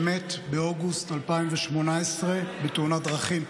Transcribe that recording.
שמת באוגוסט 2018 בתאונת דרכים.